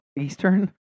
Eastern